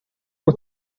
bwo